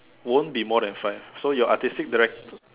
won't be more than five so your artistic direct